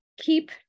keep